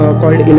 called